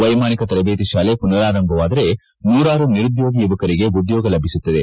ವೈಮಾನಿಕ ತರಬೇತಿ ಶಾಲೆ ಪುನಾರಂಭವಾದರೆ ನೂರಾರು ನಿರುದ್ಯೋಗಿ ಯುವಕರಿಗೆ ಉದ್ಯೋಗ ಲಭಿಸುತ್ತದೆ